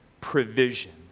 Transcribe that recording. provision